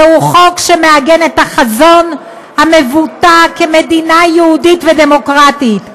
זהו חוק שמעגן את החזון המבוטא כמדינה יהודית ודמוקרטית.